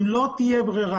לא תהיה ברירה.